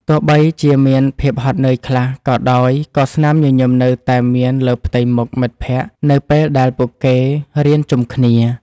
ទោះបីជាមានភាពហត់នឿយខ្លះក៏ដោយក៏ស្នាមញញឹមនៅតែមានលើផ្ទៃមុខមិត្តភក្តិនៅពេលដែលពួកគេរៀនជុំគ្នា។